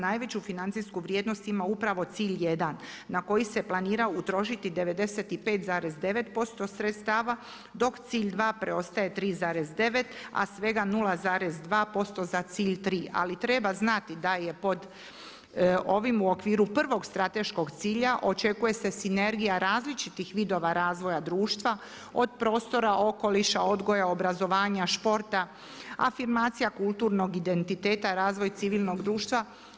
Najveću financijsku vrijednost ima upravo cilj 1. na koji se planira utrošiti 95,9% sredstava, dok cilj 2. preostaje 3,9, a svega 0,2% za cilj 3. Ali, treba znati da je pod ovim u okviru prvog strateškog cilja, očekuje se sinergija različitih vidova razvoja društva, od prostora, okoliša, odgoja, obrazovanja, športa, afirmacija kulturnog identiteta, razvoj civilnog društva.